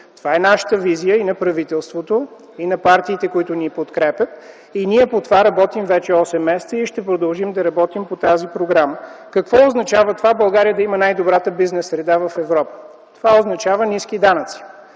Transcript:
Това е нашата визия и на правителството, и на партиите, които ни подкрепят и ние по това работим вече осем месеца и ще продължим да работим по тази програма. Какво означава това България да има най-добрата бизнес среда в Европа? Това означава ниски данъци.